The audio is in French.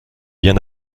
bien